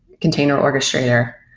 container orchestrator,